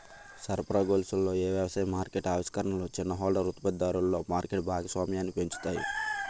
సరఫరా గొలుసులలో ఏ వ్యవసాయ మార్కెట్ ఆవిష్కరణలు చిన్న హోల్డర్ ఉత్పత్తిదారులలో మార్కెట్ భాగస్వామ్యాన్ని పెంచుతాయి?